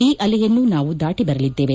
ಈ ಅಲೆಯನ್ನೂ ನಾವು ದಾಟಿ ಬರಲಿದ್ದೇವೆ